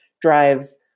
drives